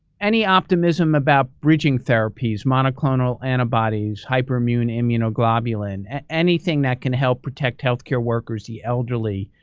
any optimism about bridging therapies, monoclonal antibodies, hyperimmune immunoglobulin anything that can help protect healthcare workers, the elderly,